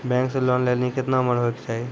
Bank से loan लेली केतना उम्र होय केचाही?